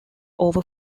over